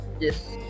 Yes